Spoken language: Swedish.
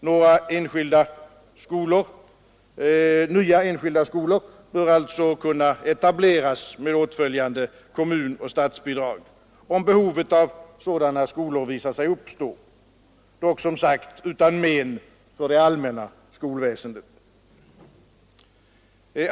Nya enskilda skolor bör alltså kunna etableras med åtföljande kommunoch statsbidrag, om behov av sådana skolor visar sig uppstå, dock som sagt utan men för det allmänna skolväsendet.